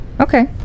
Okay